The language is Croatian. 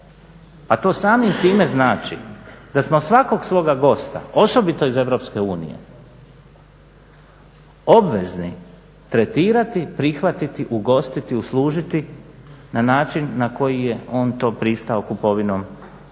a to samim time znači da smo svakog svoga gosta osobito iz EU obvezni tretirati, prihvatiti, ugostiti, uslužiti na način na koji je on to pristao kupovinom